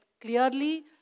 clearly